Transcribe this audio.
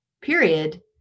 Period